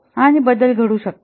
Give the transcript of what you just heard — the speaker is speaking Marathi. आणि बदल घडू शकतात